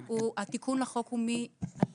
התיקון לחוק הזה הוא מ-2018,